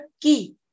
key